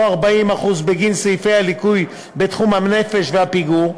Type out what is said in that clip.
40% בגין סעיפי הליקוי בתחום הנפש והפיגור,